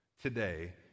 today